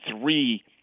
three